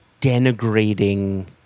denigrating